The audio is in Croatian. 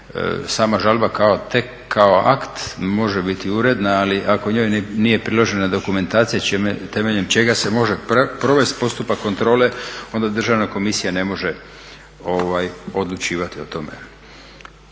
sama žalba kao akt može biti uredna, ali ako njoj nije priložena dokumentacija temeljem čega se može provest postupak kontrole onda Državna komisija ne može odlučivati o tome.